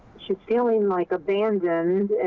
she's feeling like abandoned.